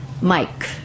Mike